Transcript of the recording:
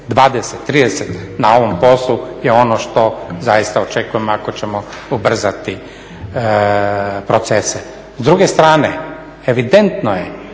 20, 30 na ovom poslu je ono što zaista očekujemo ako ćemo ubrzati procese. S druge strane, evidentno je